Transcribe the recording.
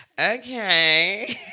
okay